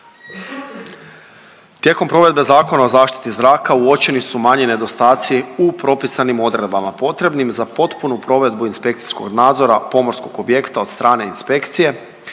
Tijekom provedbe Zakona o zaštiti zraka uočeni su manji nedostatci u propisanim odredbama potrebnim za potpunu provedbu inspekcijskog nadzora pomorskog objekta od strane inspekcije,